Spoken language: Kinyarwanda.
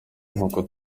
nk’uko